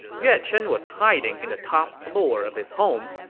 yeah chen was hiding in the top floor of his home,